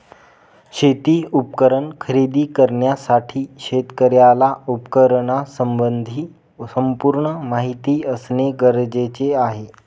शेती उपकरण खरेदी करण्यासाठी शेतकऱ्याला उपकरणासंबंधी संपूर्ण माहिती असणे गरजेचे आहे